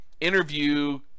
Interview